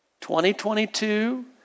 2022